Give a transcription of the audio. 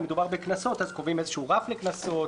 אם מדובר בקנסות אז קובעים איזשהו רף לקנסות,